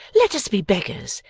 let us be beggars,